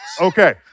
Okay